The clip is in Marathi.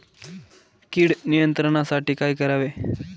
कीड नियंत्रणासाठी काय करावे?